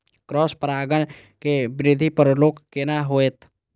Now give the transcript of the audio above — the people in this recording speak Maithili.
क्रॉस परागण के वृद्धि पर रोक केना होयत?